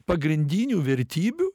pagrindinių vertybių